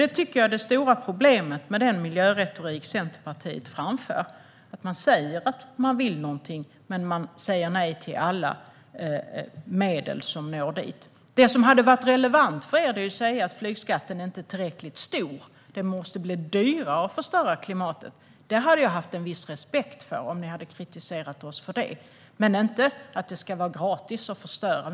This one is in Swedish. Det stora problemet med den miljöretorik som Centerpartiet framför är att man säger att man vill någonting, men man säger nej till alla medel som når dit. Det vore mer relevant om ni sa att flygskatten inte är tillräckligt stor och att det måste bli dyrare att förstöra klimatet. Om ni hade kritiserat oss för detta hade jag haft en viss respekt för det men inte för att det ska vara gratis att förstöra.